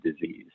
disease